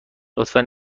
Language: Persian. لطفا